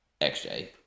xj